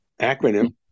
acronym